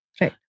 Right